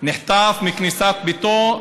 נחטף מכניסת ביתו.